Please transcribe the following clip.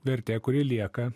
vertė kuri lieka